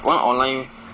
one online